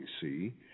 See